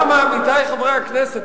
עמיתי חברי הכנסת,